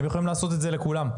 והם יכולים לעשות את זה לכולם.